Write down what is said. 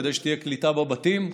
כדי שתהיה קליטה בבתים,